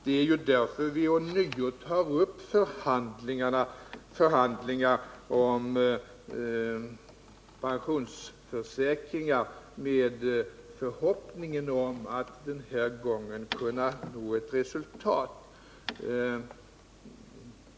Det är ju med förhoppningen om att den här gången kunna nå ett resultat som vi ånyo tar upp förhandlingar om pensionsförsäkringar.